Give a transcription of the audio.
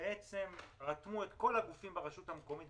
בעצם רתמו את כל הגופים של הרשות המקומית,